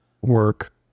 work